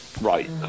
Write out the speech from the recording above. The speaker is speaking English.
Right